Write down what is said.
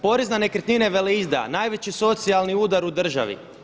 Porez na nekretnine veleizdaja, najveći socijalni udar u državi.